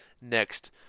next